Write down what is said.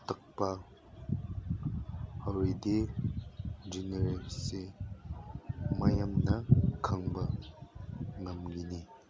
ꯇꯥꯛꯄ ꯑꯣꯏꯔꯗꯤ ꯖꯨꯅꯤꯌꯔꯁꯦ ꯃꯌꯥꯝꯅ ꯈꯪꯕ ꯉꯝꯒꯅꯤ